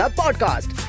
podcast